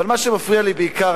אבל מה שמפריע לי בעיקר,